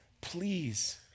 Please